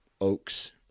oaks